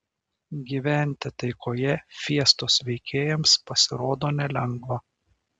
gyventi taikoje fiestos veikėjams pasirodo nelengva